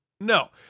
No